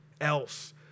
else